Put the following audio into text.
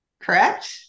correct